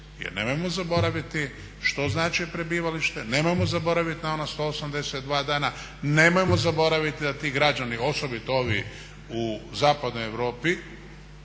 Jer nemojmo zaboraviti što znači prebivalište, nemojmo zaboravit na ona 182 dana, nemojmo zaboravit da ti građani, osobito ovi u zapadnoj Europi